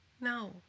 No